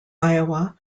iowa